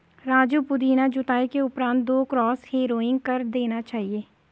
राजू पुदीना जुताई के उपरांत दो क्रॉस हैरोइंग कर देना चाहिए